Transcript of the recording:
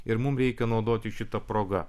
ir mum reikia naudotis šita proga